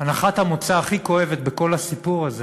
והנחת המוצא הכי כואבת בכל הסיפור זה